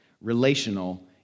Relational